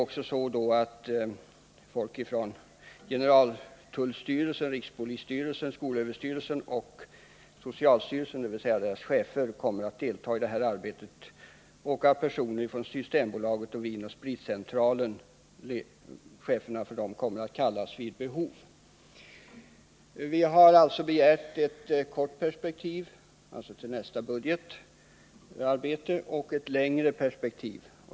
Cheferna för generaltullstyrelsen, rikspolisstyrelsen, skolöverstyrelsen och socialstyrelsen kommer också att delta i arbetet. Även cheferna för Systembolaget och Vinoch Spritcentralen kommer att kallas vid behov. Vi har alltså begärt att detta arbete skall uträttas dels i ett kort perspektiv — till nästa budget — dels i ett längre perspektiv.